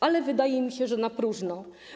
Ale wydaje mi się, że na próżno.